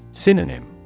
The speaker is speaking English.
Synonym